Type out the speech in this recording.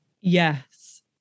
Yes